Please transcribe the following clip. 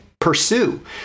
pursue